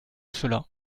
cela